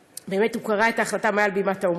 ובאמת הוא קרע את ההחלטה מעל בימת האו"ם.